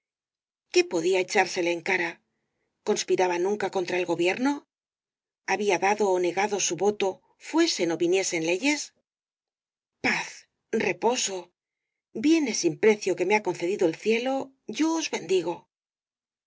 qué podía echársele en cara conspirara nunca contra el gobierno había dado ó negado su voto fuesen ó viniesen leyes paz reposo bienes sin precio que me ha concedido el cielo yo os bendigo